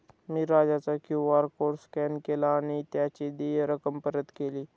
मी राजाचा QR code scan केला आणि त्याची देय रक्कम परत केली